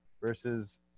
versus